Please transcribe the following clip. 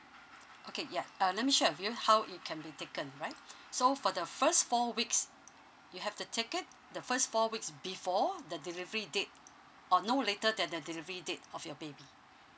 okay yeah uh let me share with you how it can be taken right so for the first four weeks you have to take it the first four weeks before the delivery date or no later then the delivery date of your baby